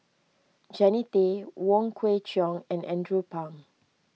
Jannie Tay Wong Kwei Cheong and Andrew Phang